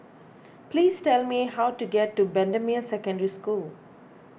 please tell me how to get to Bendemeer Secondary School